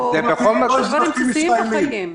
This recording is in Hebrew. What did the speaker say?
יש דברים בסיסיים בחיים.